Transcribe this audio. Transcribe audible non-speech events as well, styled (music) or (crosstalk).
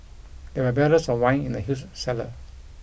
(noise) there were barrels of wine in the huge cellar